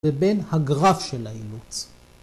‫ובין הגרף של האימוץ.